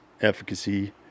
efficacy